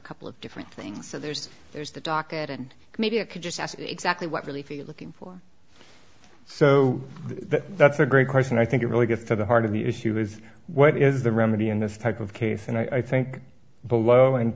a couple of different things so there's there's the docket and maybe you could just ask exactly what really feel looking for so that that's a great question i think it really gets to the heart of the issue is what is the remedy in this type of case and i think below and